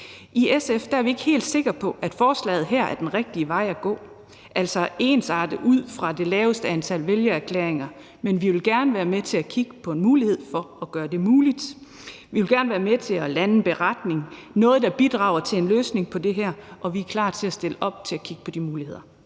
I SF er vi ikke helt sikre på, at forslaget her er den rigtige vej at gå, altså at ensarte ud fra det laveste antal vælgererklæringer, men vi vil gerne være med til at kigge på en mulighed for at gøre det muligt. Vi vil gerne være med til at lande en beretning og noget, der bidrager til en løsning på det her, og vi er klar til at stille op til at kigge på de muligheder.